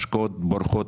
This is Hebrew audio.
ההשקעות בורחות,